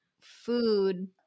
food